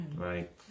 Right